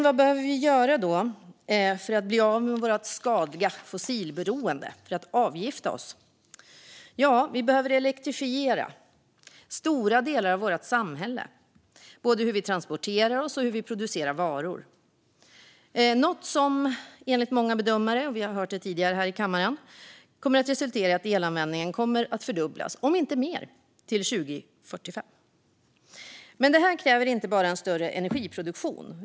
Vad behöver vi då göra för att bli av med vårt skadliga fossilberoende och avgifta oss? Vi måste elektrifiera stora delar av vårt samhälle. Det handlar om både hur vi transporterar oss och hur vi producerar varor. Det kommer att resultera i att elanvändningen fördubblas - om inte mer - till 2045, enligt många bedömare och som vi också hört tidigare här i kammaren. Det här kräver inte bara en större energiproduktion.